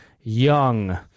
young